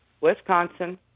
Wisconsin